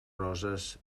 roses